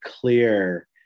clear